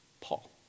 Paul